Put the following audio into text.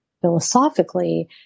philosophically